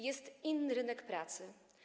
Jest inny rynek pracy.